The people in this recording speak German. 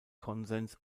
konsens